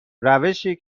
روشی